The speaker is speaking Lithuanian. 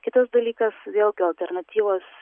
kitas dalykas vėlgi alternatyvos